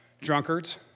drunkards